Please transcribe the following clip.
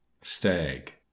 Stag